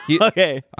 Okay